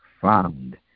found